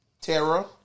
Terra